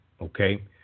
Okay